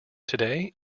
today